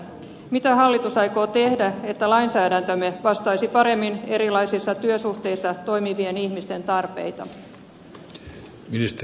mitä hallitus aikoo tehdä että lainsäädäntömme vastaisi paremmin erilaisissa työsuhteissa toimivien ihmisten tarpeita